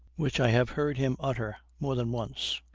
which i have heard him utter more than once,